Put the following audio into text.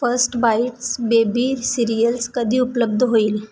first bites baby cereals कधी उपलब्ध होईल